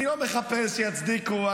אני לא מחפש שיצדיקו,